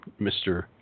Mr